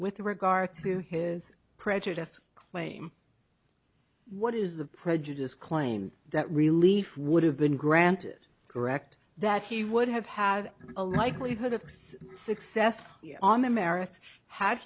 with regard to his prejudiced claim what is the prejudice claim that relief would have been granted correct that he would have had a likelihood of success on the merits had